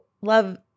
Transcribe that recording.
love